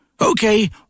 Okay